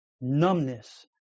numbness